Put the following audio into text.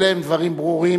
אלה הם דברים ברורים.